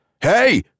Hey